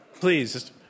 Please